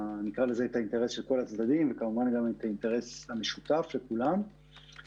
האינטרס של כל הצדדים וכמובן גם את האינטרס המשותף של כולם,